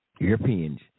Europeans